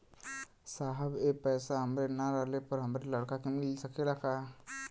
साहब ए पैसा हमरे ना रहले पर हमरे लड़का के मिल सकेला का?